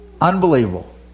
Unbelievable